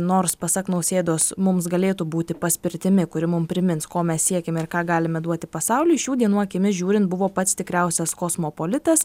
nors pasak nausėdos mums galėtų būti paspirtimi kuri mum primins ko mes siekiame ir ką galime duoti pasauliui šių dienų akimis žiūrint buvo pats tikriausias kosmopolitas